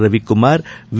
Ravikumar V